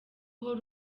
uhora